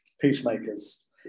peacemakers